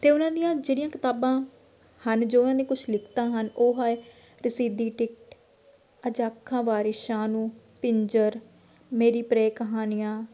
ਅਤੇ ਉਹਨਾਂ ਦੀਆਂ ਜਿਹੜੀਆਂ ਕਿਤਾਬਾਂ ਹਨ ਜੋ ਉਨ੍ਹਾਂ ਦੀਆਂ ਕੁਝ ਲਿਖਤਾਂ ਹਨ ਉਹ ਹੈ ਅਤੇ ਰਸੀਦੀ ਟਿਕਟ ਅੱਜ ਆਖਾਂ ਵਾਰਿਸ ਸ਼ਾਹ ਨੂੰ ਪਿੰਜਰ ਮੇਰੀ ਪ੍ਰੇਅ ਕਹਾਣੀਆਂ